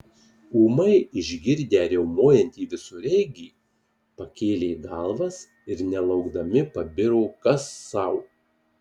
ūmai išgirdę riaumojantį visureigį pakėlė galvas ir nelaukdami pabiro kas sau